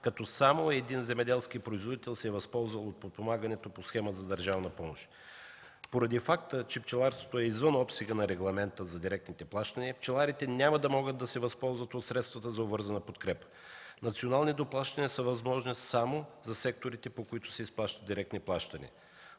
като само един земеделски производител се е възползвал от подпомагането по схема за държавна помощ. Поради факта, че пчеларството е извън обсега на регламента за директните плащания, пчеларите няма да могат да се възползват от средствата за обвързана подкрепа. Национални доплащания са възможни само за секторите, по които се изплащат директни плащания.